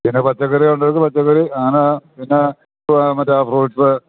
പിന്നെ പച്ചക്കറി വേണ്ടവർക്ക് പച്ചക്കറി അങ്ങനെ പിന്നെ മറ്റേ ആ ഫ്രൂട്സ്